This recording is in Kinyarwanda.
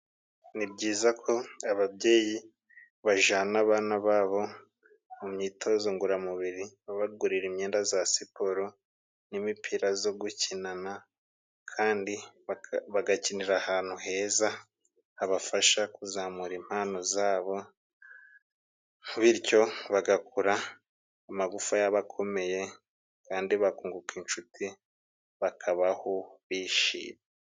Ni byiza ko ababyeyi bajana abana babo mu myitozo ngororamubiri, babagurira imyenda za siporo n'imipira zo gukinana kandi bagakinira ahantu heza habafasha kuzamura impano zabo; bityo, bagakura amagufa yabo akomeye, kandi bakunguka inshuti, bakabaho bishimye.